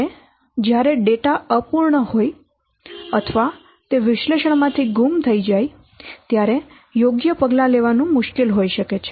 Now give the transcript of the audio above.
અને જ્યારે ડેટા અપૂર્ણ હોય અથવા તે વિશ્લેષણમાંથી ગુમ થઈ જાય ત્યારે યોગ્ય પગલાં લેવાનું મુશ્કેલ હોઈ શકે છે